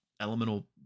elemental